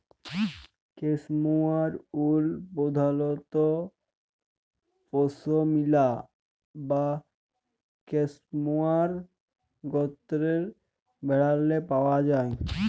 cashmere wool পধালত পশমিলা বা ক্যাসমোয়ার গত্রের ভেড়াল্লে পাউয়া যায়